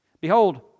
Behold